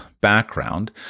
background